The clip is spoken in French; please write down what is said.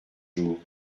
jours